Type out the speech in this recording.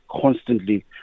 constantly